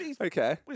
Okay